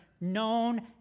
known